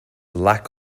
lack